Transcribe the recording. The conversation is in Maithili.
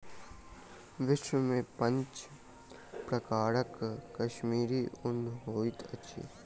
विश्व में पांच प्रकारक कश्मीरी ऊन होइत अछि